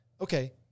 okay